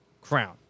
Crown